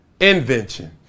invention